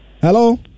Hello